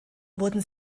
wurden